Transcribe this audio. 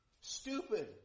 stupid